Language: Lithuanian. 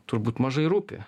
turbūt mažai rūpi